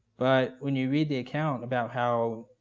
but when you read the account about how